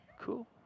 cool